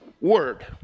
word